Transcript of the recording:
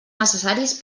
necessaris